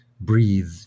breathe